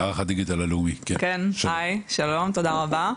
שלום תודה רבה.